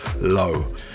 Low